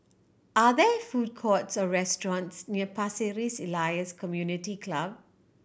are there food courts or restaurants near Pasir Ris Elias Community Club